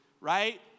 right